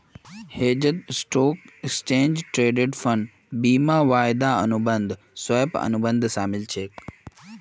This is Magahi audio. हेजत स्टॉक, एक्सचेंज ट्रेडेड फंड, बीमा, वायदा अनुबंध, स्वैप, अनुबंध शामिल छेक